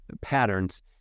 patterns